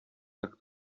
jak